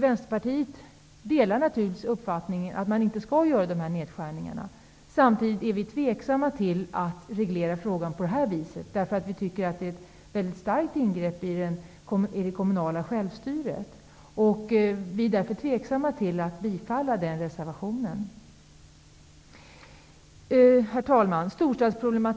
Vänsterpartiet delar naturligtvis uppfattningen att dessa nedskärningar inte skall göras. Men samtidigt är vi tveksamma till att reglera frågan på detta sätt. Vi tycker att det är ett stort ingrepp i det kommunala självstyret. Vi tvekar därför till att yrka bifall till den reservationen. Herr talman! Storstadsproblemen